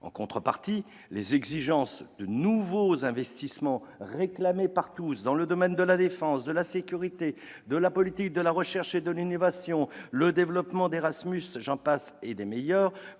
En contrepartie, les exigences de nouveaux investissements réclamés par tous dans les domaines de la défense, de la sécurité, de la politique de la recherche et de l'innovation et pour développer Erasmus- j'en passe et des meilleurs